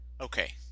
Okay